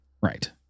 Right